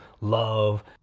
love